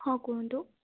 ହଁ କୁହନ୍ତୁ